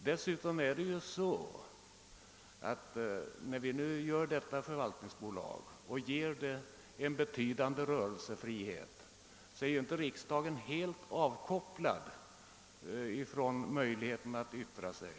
Dessutom förhåller det sig så, att när vi nu skapar detta förvaltningsbolag och ger det en betydande rörelsefrihet blir inte riksdagen helt avkopplad från möjligheten att yttra sig.